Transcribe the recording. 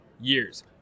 years